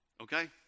okay